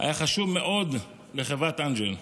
היה חשוב מאוד לחברת אנג'ל,